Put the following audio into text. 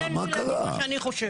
תן לי להגיד מה שאני חושב.